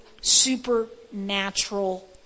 supernatural